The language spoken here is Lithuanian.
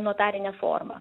notarine forma